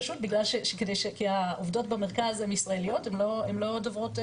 פשוט בגלל שהעובדות במשרד הן ישראליות הן לא דוברות,